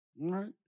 Right